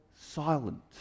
silent